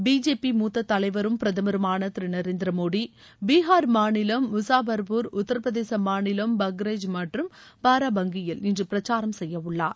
BJP மூத்த தலைவரும் பிரதமருமான திரு நரேந்திர மோடி பீஹார் மாநிலம் முசாஃபர்பூர் உத்திரபிரதேச மாநிலம் பஹ்ரைஜ் மற்றும் பாரபங்கியில் இன்று பிரச்சாரம் செய்ய உள்ளாார்